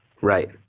Right